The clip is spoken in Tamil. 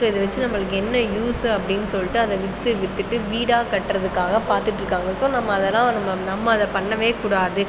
சோ இதை வச்சு நம்மளுக்கு என்ன யூஸு அப்படின்னு சொல்லிட்டு அதை விற்று விற்றுட்டு வீடாக கட்டுறத்துக்காக பார்த்துட்டு இருக்காங்க சோ நம்ம அதெலாம் நம்ம அதை பண்ணவே கூடாது